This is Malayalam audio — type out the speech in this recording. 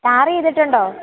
ടാറിയ്തിട്ടുണ്ടോ